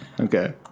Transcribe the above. Okay